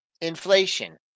inflation